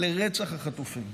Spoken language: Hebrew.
לרצח החטופים.